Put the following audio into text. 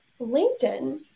LinkedIn